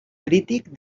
crític